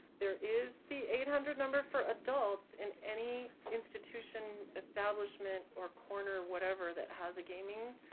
there is the eight hundred number for adults and any institution, establishment or corner, whatever, that has a gaming